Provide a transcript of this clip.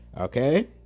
okay